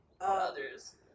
Others